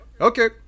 Okay